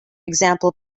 example